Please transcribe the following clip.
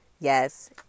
yes